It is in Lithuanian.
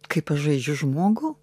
kaip aš žaidžiu žmogų